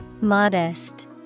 Modest